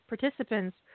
participants